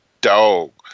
dog